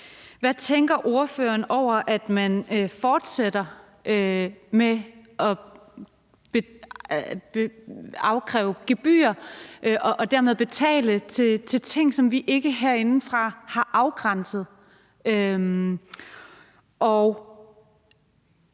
Hvad tænker ordføreren om, at man fortsætter med at opkræve gebyrer og dermed betale til ting, som vi ikke herindefra har afgrænset?